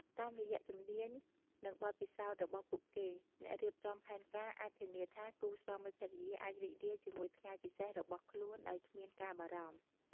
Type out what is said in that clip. តាមរយៈជំនាញ និងបទពិសោធន៍របស់ពួកគេ អ្នករៀបចំផែនការអាចធានាថាគូស្វាមីភរិយាអាចរីករាយជាមួយថ្ងៃពិសេសរបស់ខ្លួនដោយគ្មានការបារម្ភ។